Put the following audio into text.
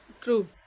True